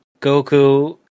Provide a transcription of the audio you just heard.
goku